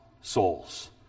souls